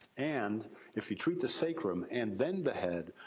and if you treat the sacrum, and then the head,